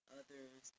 others